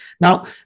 Now